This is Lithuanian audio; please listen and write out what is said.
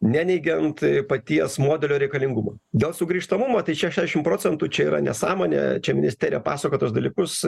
neneigiant paties modelio reikalingumo dėl sugrįžtamumo tai šešiasdešim procentų čia yra nesąmonė čia ministerija pasakoja tuos dalykus